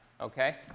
Okay